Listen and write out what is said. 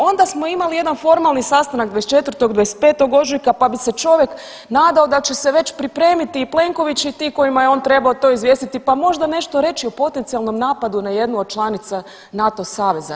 Onda smo imali jedan formalni sastanak 24. i 25. ožujka, pa bi se čovjek nadao da će se već pripremiti i Plenković i ti kojima je on trebao to izvijestiti, pa možda nešto reći o potencijalnom napadu na jednu od članica NATO saveza.